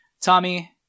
tommy